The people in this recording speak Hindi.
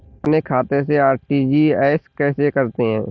अपने खाते से आर.टी.जी.एस कैसे करते हैं?